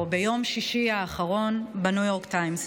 ביום שישי האחרון בניו יורק טיימס.